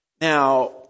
Now